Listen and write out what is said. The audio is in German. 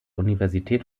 universität